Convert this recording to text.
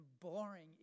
boring